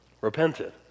repented